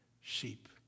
sheep